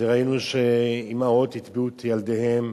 שראינו שאמהות הטביעו את ילדיהן,